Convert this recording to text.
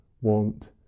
want